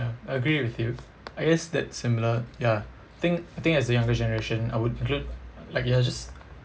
ya I agree with you I guess that's similar ya think I think as a younger generation I would include like you're just